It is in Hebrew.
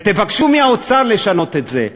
ותבקשו מהאוצר לשנות את זה,